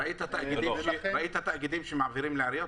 ראית תאגידים שמעבירים לעיריות?